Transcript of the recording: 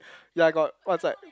ya I got WhatsApp